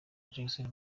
jackson